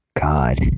God